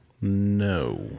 No